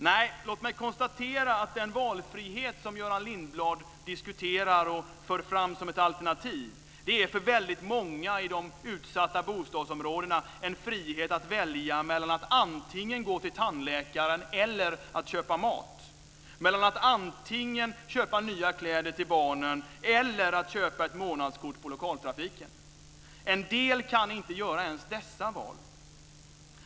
Nej, låt mig konstatera att den valfrihet som Göran Lindblad diskuterar och för fram som ett alternativ för väldigt många i de utsatta bostadsområdena är en frihet att välja mellan att antingen gå till tandläkaren eller att köpa mat, mellan att antingen köpa nya kläder till barnen eller att köpa ett månadskort för lokaltrafiken. En del kan inte göra ens dessa val.